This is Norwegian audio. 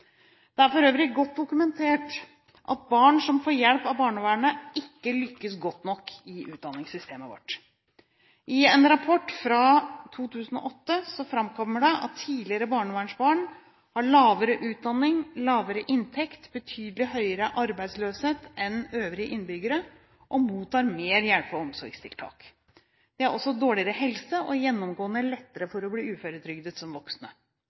Det er for øvrig godt dokumentert at barn som får hjelp av barnevernet, ikke lykkes godt nok i utdanningssystemet vårt. I en rapport fra 2008 framkommer det at tidligere barnevernsbarn har lavere utdanning, lavere inntekt, betydelig høyere arbeidsløshet enn øvrige innbyggere, og de mottar mer hjelpe- og omsorgstiltak. De har også dårligere helse og har gjennomgående lettere for å bli uføretrygdet som voksne.